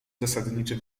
zasadniczy